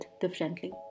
differently